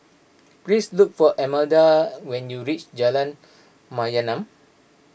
please look for Imelda when you reach Jalan Mayaanam